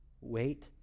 Wait